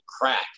crack